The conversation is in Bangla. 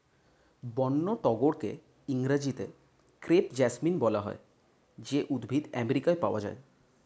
বন্য টগরকে ইংরেজিতে ক্রেপ জেসমিন বলা হয় যে উদ্ভিদ আমেরিকায় পাওয়া যায়